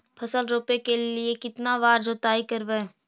फसल रोप के लिय कितना बार जोतई करबय?